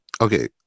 Okay